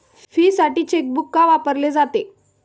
फीसाठी चेकबुक का वापरले जाते?